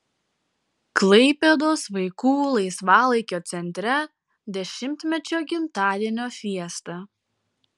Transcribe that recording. klaipėdos vaikų laisvalaikio centre dešimtmečio gimtadienio fiesta